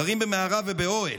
הם גרים במערה ובאוהל,